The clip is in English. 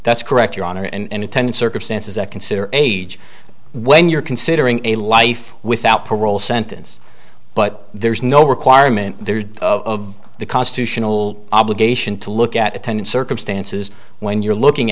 that's correct your honor and intended circumstances that consider age when you're considering a life without parole sentence but there's no requirement there of the constitutional obligation to look at ten in circumstances when you're looking